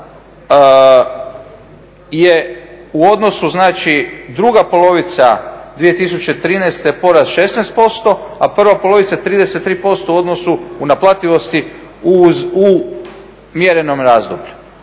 u odnosu, znači druga polovica 2013. porast 16%, a prva polovica 33% u odnosu u naplativosti u mjerenom razdoblju